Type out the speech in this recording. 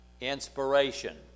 inspiration